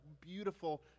beautiful